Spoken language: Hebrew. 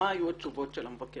מה היו התשובות של המבקר